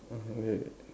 oh wait